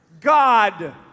God